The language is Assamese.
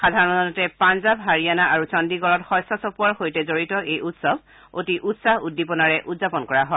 সাধাৰণতে পঞ্জাৱ হাৰিয়াণা আৰু চণ্ডীগড়ত শস্য চপোৱাৰ লগত জড়িত এই উৎসৱ অতি উৎসাহ উদ্দীপনাৰে উদযাপন কৰা হয়